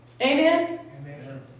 Amen